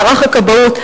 מערך הכבאות,